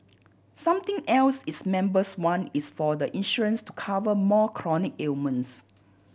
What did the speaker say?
something else its members want is for the insurance to cover more chronic ailments